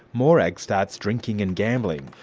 morag starts drinking and gambling.